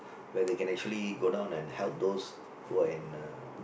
where they can actually go down and help those who are in the